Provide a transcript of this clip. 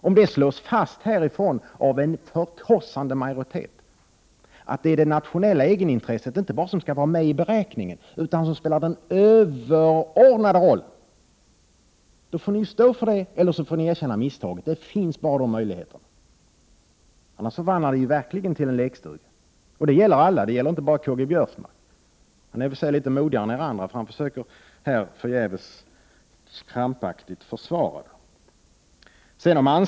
Om det slås fast här i riksdagen av en förkrossande majoritet att det är det nationella egenintresset som inte bara skall vara med i beräkningen utan som spelar den överordnade rollen, får ni stå för det eller erkänna misstaget — det finns bara de möjligheterna. Annars förvandlar ni riksdagen till en lekstuga. Det gäller alla, inte bara Karl-Göran Biörsmark. Han är litet modigare än de andra, därför att han försöker — förgäves — krampaktigt försvara utskottets skrivning.